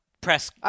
press